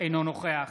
אינו נוכח